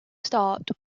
start